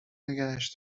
نگهش